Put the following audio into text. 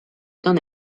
non